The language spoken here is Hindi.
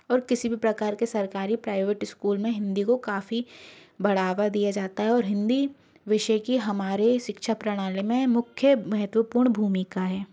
और किसी भी प्रकार के सरकारी प्राइवेट इस्कूल में हिंदी को काफ़ी बढ़ावा दिया जाता है और हिंदी विषय की हमारे शिक्षा प्रणाली में मुख्य महत्वपूर्ण भूमिका है